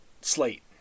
Slate